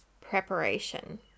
preparation